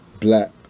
black